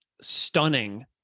stunning